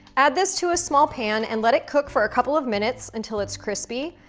add this to a small pan, and let it cook for a couple of minutes until it's crispy,